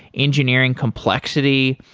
engineering complexity,